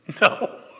No